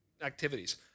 activities